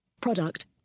product